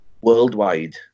worldwide